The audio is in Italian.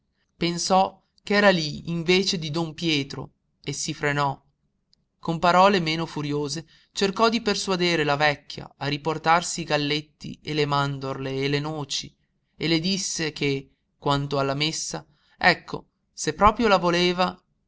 l'attenzione pensò ch'era lí in vece di don pietro e si frenò con parole meno furiose cercò di persuadere la vecchia a riportarsi i galletti e le mandorle e le noci e le disse che quanto alla messa ecco se proprio la voleva